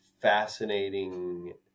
fascinating